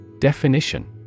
Definition